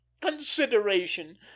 consideration